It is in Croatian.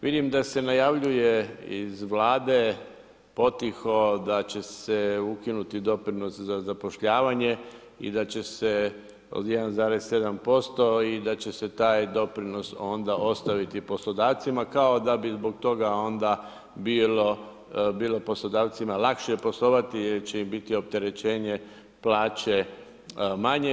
Vidim da se najavljuje iz Vlade potiho da će se ukinuti doprinos za zapošljavanje i da će se od 1,7% i da će se taj doprinos onda ostaviti poslodavcima kao da bi zbog toga onda bilo poslodavcima lakše poslovati jer će im biti opterećenje plaće manje.